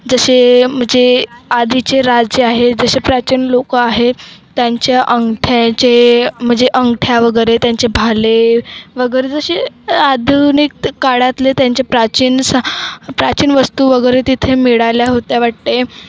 जसे म्हणजे आधीचे राज्य आहे जसे प्राचीन लोक आहेत त्यांच्या अंगठ्याचे म्हणजे अंगठ्या वगैरे त्यांचे भाले वगैरे जसे आधुनिक काळातले त्यांचे प्राचीन स प्राचीन वस्तू वगैरे तिथे मिळाल्या होत्या वाटते